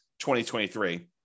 2023